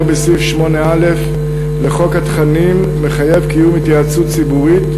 בסעיף 8(א) לחוק התקנים מחייב קיום התייעצות ציבורית,